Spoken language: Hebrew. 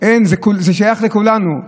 זה שייך לכולנו.